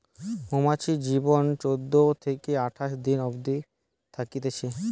মৌমাছির জীবন চোদ্দ থিকে আঠাশ দিন অবদি থাকছে